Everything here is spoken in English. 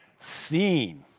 seen.